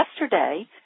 yesterday